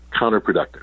counterproductive